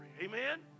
Amen